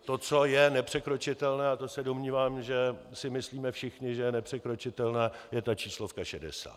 To, co je nepřekročitelné, a to se domnívám, že si myslíme všichni, že je nepřekročitelné, je ta číslovka 60.